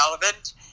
relevant